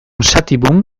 sativum